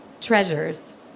treasures